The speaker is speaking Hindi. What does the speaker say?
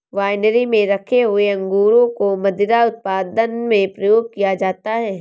वाइनरी में रखे हुए अंगूरों को मदिरा उत्पादन में प्रयोग किया जाता है